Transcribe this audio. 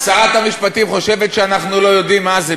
שרת המשפטים חושבת שאנחנו לא יודעים מה זה,